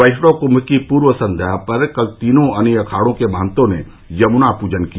वैष्णव कुम्म की पूर्व संध्या पर कल तीनों अनी अखाड़ों के महन्तों ने यमुना पूजन किया